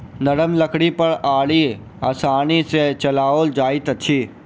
नरम लकड़ी पर आरी आसानी सॅ चलाओल जाइत अछि